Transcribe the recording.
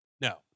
No